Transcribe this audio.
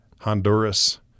Honduras